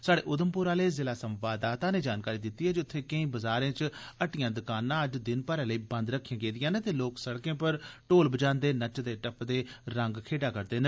स्हाड़े दधमपुर आले जिला संवाददाता नै जानकारी दित्ती ऐ जे उत्थें केई बजारें च हट्टियां दकानां अज्ज दिन भरै लेई बंद रखियां गेदियां न ते लोक सड़कें पर ढोल बजांदे नचदे टपदे रंग खड्डा करदे न